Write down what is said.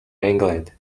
england